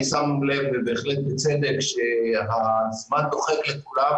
אני שם לב ובהחלט בצדק שהזמן דוחק לכולם,